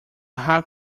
how